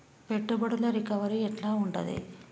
పెట్టుబడుల రికవరీ ఎట్ల ఉంటది?